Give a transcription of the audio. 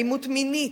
אלימות מינית,